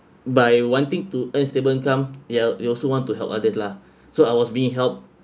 by wanting to earn stable income ya you also want to help others lah so I was being helped